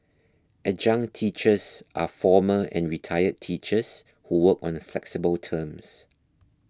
adjunct teachers are former and retired teachers who work on the flexible terms